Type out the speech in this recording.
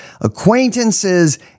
acquaintances